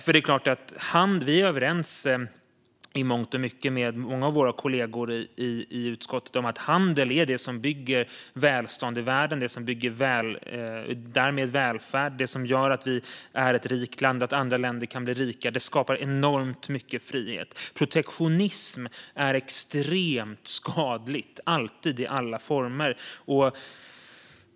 Vi är i mångt och mycket överens med många av våra kollegor i utskottet om att handel är det som bygger välstånd och välfärd i världen. Det är det som gör att vi är ett rikt land och att andra länder kan bli rika. Det skapar enormt mycket frihet. Protektionism är alltid extremt skadligt i alla dess former.